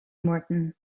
morton